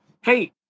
Hey